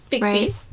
right